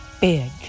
big